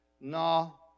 No